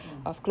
mm